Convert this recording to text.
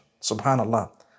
Subhanallah